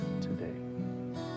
today